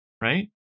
right